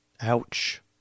Ouch